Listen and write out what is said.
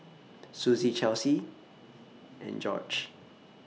Suzie Chelsea and Jorge